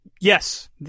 yes